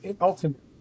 Ultimately